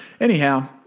anyhow